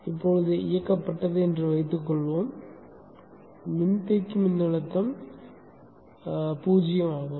மூலமானது இயக்கப்பட்டது என்று வைத்துக்கொள்வோம் மின்தேக்கி மின்னழுத்தம் 0 ஆகும்